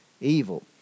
evil